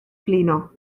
blino